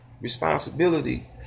responsibility